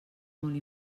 molt